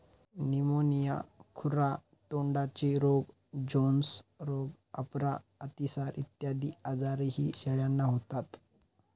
pneumonia, खुरा तोंडाचे रोग, जोन्स रोग, अपरा, अतिसार इत्यादी आजारही शेळ्यांना होतात